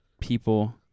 People